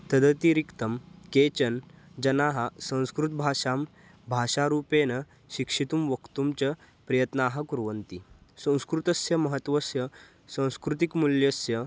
तदतिरिक्तं केचन जनाः संस्कृतभाषां भाषारूपेण शिक्षितुं वक्तुं च प्रयत्नान् कुर्वन्ति संस्कृतस्य महत्त्वस्य सांस्कृतिकमूल्यस्य